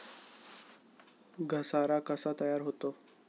घसारा कसा तयार होतो?